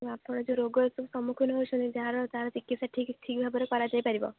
ଆପଣ ଯେଉଁ ରୋଗରେ ସବୁ ସମ୍ମୁଖୀନ ହେଉଛନ୍ତି ଯାହାର ତା'ର ଚିକିତ୍ସା ଠିକ୍ ଠିକ୍ ଭାବରେ କରାଯାଇପାରିବ